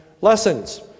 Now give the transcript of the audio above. lessons